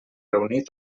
reunir